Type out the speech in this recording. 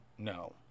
No